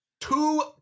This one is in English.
Two